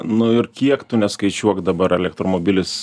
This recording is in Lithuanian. nu ir kiek tu neskaičiuok dabar elektromobilis